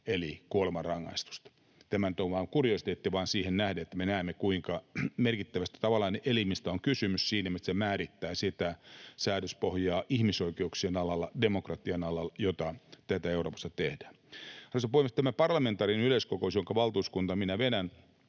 eli kuolemanrangaistusta. Tämä on nyt vain kuriositeetti siihen nähden, että me näemme, kuinka merkittävästä, tavallaan, elimestä on kysymys siinä mielessä, että se määrittää säädöspohjaa ihmisoikeuksien alalla, demokratian alalla, jota työtä Euroopassa tehdään. Arvoisa puhemies! Tämä parlamentaarinen yleiskokous, jonka valtuuskuntaa vedän,